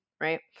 right